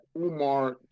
Umar